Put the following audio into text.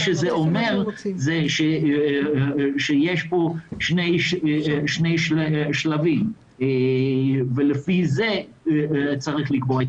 זה אומר שיש פה שני שלבים ולפי זה צריך לקבוע את